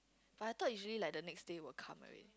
but I thought usually like the next day will come already